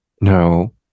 No